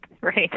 Right